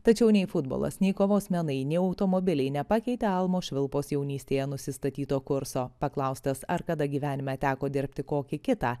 tačiau nei futbolas nei kovos menai nei automobiliai nepakeitė almos švilpos jaunystėje nusistatyto kurso paklaustas ar kada gyvenime teko dirbti kokį kitą